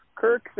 Kirk